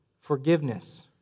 forgiveness